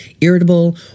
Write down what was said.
irritable